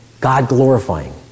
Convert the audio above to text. God-glorifying